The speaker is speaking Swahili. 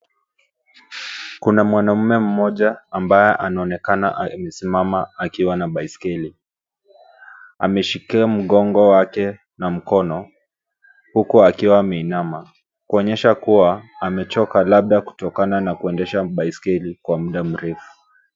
Kuna mwanamume mmoja ambaye anaonekana amesimama akiwa na baiskeli. Ameshikia mgongo wake na mkono huku akiwa ameinama, kuonyesha kuwa amechoka labda kutokana na kuendesha baiskeli kwa muda mrefu.